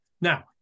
Now